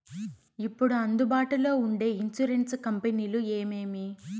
ఇప్పుడు అందుబాటులో ఉండే ఇన్సూరెన్సు కంపెనీలు ఏమేమి?